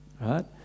Right